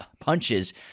punches